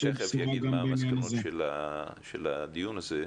אני תכף יגיד מה המסקנות של הדיון הזה.